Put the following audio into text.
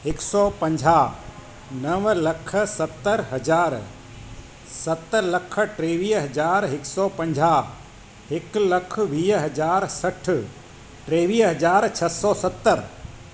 हिक सौ पंजाह नव लख सतरि हज़ार सत लख टेवीह हज़ार हिक सौ पंजाह हिक लख वीह हज़ार सठ टेवीह हज़ार छह सौ सतरि